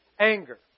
Anger